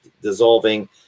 dissolving